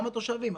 גם התושבים,